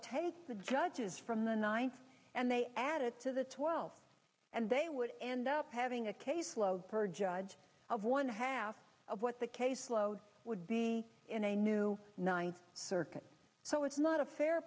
take the judges from the ninth and they added to the twelve and they would end up having a caseload per judge of one half of what the caseload would be in a new ninth circuit so it's not a fair